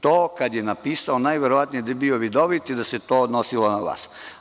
To kada je napisao najverovatnije da je bio vidovit i da se odnosilo na vas.